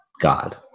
God